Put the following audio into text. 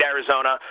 Arizona